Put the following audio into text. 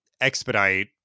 expedite